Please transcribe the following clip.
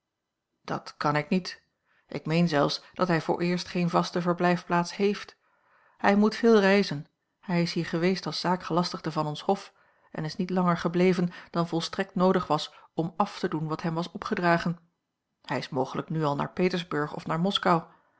dat kan ik niet ik meen zelfs dat hij vooreerst geen vaste verblijfplaats heeft hij moet veel reizen hij is hier geweest als zaakgelastigde van ons hof en is niet langer gebleven dan volstrekt noodig was om af te doen wat hem was opgedragen hij is mogelijk nu al naar petersburg of naar moskou